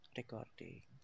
recording